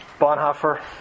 Bonhoeffer